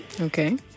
Okay